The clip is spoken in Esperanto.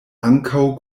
ankaŭ